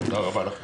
תודה רבה לכם.